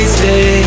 stay